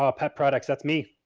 ah pet products, that's me,